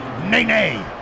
nay-nay